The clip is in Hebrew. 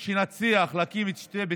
איפה?